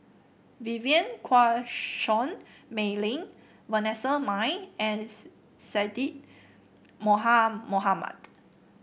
Vivien Quahe Seah Mei Lin Vanessa Mae and Syed Moha Mohamed